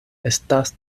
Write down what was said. estas